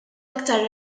iktar